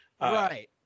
Right